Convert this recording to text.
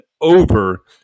over